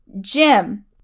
Jim